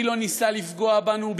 מי לא ניסה לפגוע בנו?